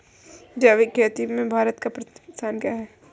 जैविक खेती में भारत का प्रथम स्थान है